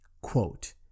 Quote